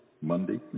Monday